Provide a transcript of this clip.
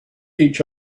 each